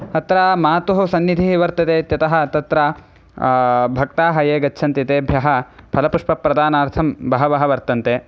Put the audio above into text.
अत्र मातुः सन्निधिः वर्तते इत्यतः तत्र भक्ताः ये गच्छन्ति तेभ्यः फलपुष्पप्रदानार्थं बहवः वर्तन्ते